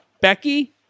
Becky